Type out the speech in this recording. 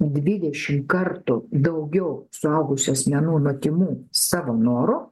dvidešimt kartų daugiau suaugusių asmenų nuo tymų savo noru